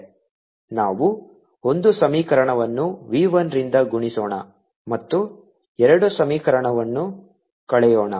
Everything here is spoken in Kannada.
v2EI ERv1ET ನಾವು ಒಂದು ಸಮೀಕರಣವನ್ನು v 1 ರಿಂದ ಗುಣಿಸೋಣ ಮತ್ತು ಎರಡು ಸಮೀಕರಣವನ್ನು ಕಳೆಯೋಣ